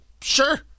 sure